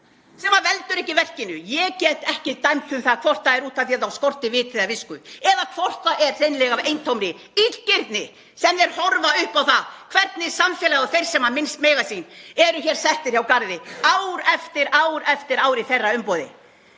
sem veldur ekki verkinu. Ég get ekki dæmt um það hvort það er út af því að þá skorti vit eða visku eða hvort það er hreinlega af eintómri illgirni sem þeir horfa upp á það hvernig samfélagið og þeir sem minnst mega sín eru settir hjá garði ár eftir ár í þeirra umboði.